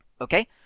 Okay